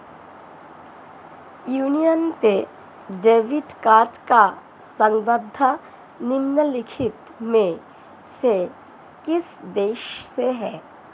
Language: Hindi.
यूनियन पे डेबिट कार्ड का संबंध निम्नलिखित में से किस देश से है?